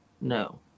no